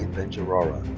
benjarara.